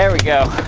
yeah we go!